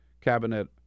cabinet